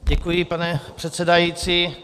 Děkuji, pane předsedající.